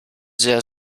sehr